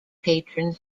patron